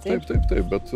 taip taip taip bet